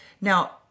Now